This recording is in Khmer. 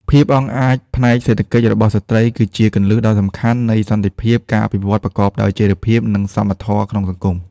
ភាពអង់អាចផ្នែកសេដ្ឋកិច្ចរបស់ស្ត្រីគឺជាគន្លឹះដ៏សំខាន់នៃសន្តិភាព ការអភិវឌ្ឍប្រកបដោយចីរភាព និងសមធម៌ក្នុងសង្គម។